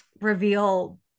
reveal